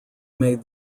made